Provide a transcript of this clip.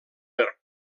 per